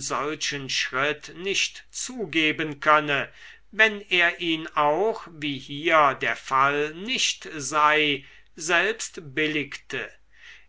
solchen schritt nicht zugeben könne wenn er ihn auch wie hier der fall nicht sei selbst billigte